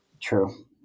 True